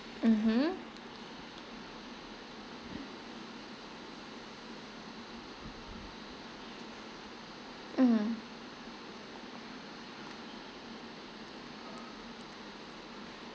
mmhmm mm